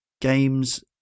games